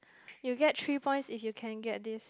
you get three points if you can get this